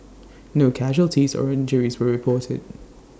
no casualties or injuries were reported